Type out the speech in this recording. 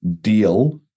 deal